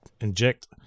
inject